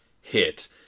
hit